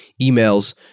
emails